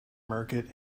market